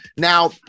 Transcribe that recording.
Now